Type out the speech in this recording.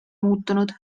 muutunud